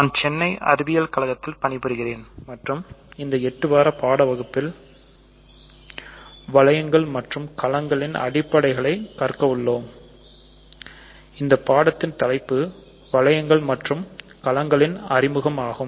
நான் சென்னை அறிவியல்கழகத்தில் பணிபுரிகிறேன் மற்றும் இந்த 8 வார வகுப்பில் வளையங்கள் அறிமுகம்" ஆகும்